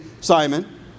Simon